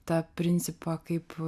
tą principą kaip